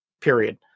period